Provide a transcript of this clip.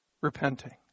repenting